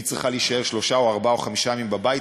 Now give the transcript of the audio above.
והיא צריכה להישאר שלושה או ארבעה או חמישה ימים בבית,